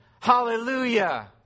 Hallelujah